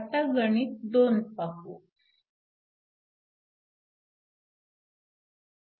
आता गणित 2 पाहूया